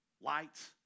lights